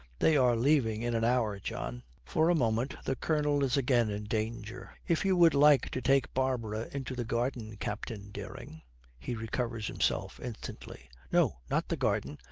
they are leaving in an hour john for a moment the colonel is again in danger. if you would like to take barbara into the garden, captain dering he recovers himself instantly. no, not the garden,